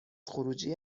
خروجی